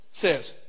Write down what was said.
Says